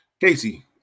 Casey